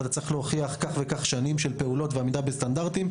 ואתה צריך להוכיח כך וכך שנים של פעולות ועמידה בסטנדרטים,